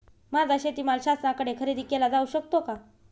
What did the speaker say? माझा शेतीमाल शासनाकडे खरेदी केला जाऊ शकतो का?